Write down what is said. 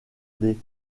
des